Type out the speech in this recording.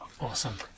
awesome